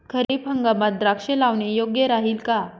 खरीप हंगामात द्राक्षे लावणे योग्य राहिल का?